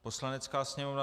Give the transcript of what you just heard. Poslanecká sněmovna: